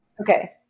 Okay